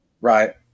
Right